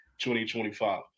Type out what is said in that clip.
2025